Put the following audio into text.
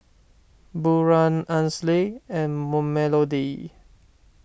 Buren Ansley and Melodee